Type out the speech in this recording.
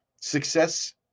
success